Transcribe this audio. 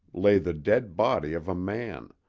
lay the dead body of a man,